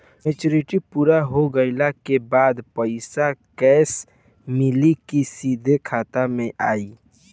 Maturity पूरा हो गइला के बाद पईसा कैश मिली की सीधे खाता में आई?